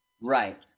Right